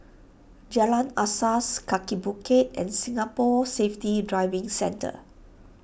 Jalan Asas Kaki Bukit and Singapore Safety Driving Centre